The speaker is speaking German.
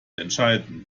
entscheiden